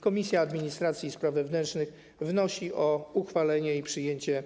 Komisja Administracji i Spraw Wewnętrznych wnosi o uchwalenie i przyjęcie